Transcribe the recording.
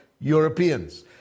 Europeans